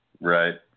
Right